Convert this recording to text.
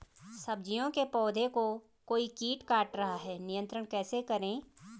सब्जियों के पौधें को कोई कीट काट रहा है नियंत्रण कैसे करें?